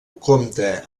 compta